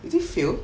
you just fail